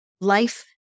Life